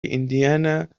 indiana